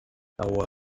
lahore